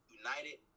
united